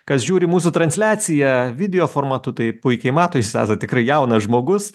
kas žiūri mūsų transliaciją video formatu tai puikiai mato jūs esat tikrai jaunas žmogus